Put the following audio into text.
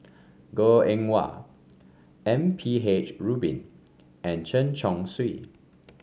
Goh Eng Wah M P H Rubin and Chen Chong Swee